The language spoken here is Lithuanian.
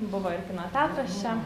buvo ir kino teatras čia